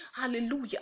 Hallelujah